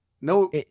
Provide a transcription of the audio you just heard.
no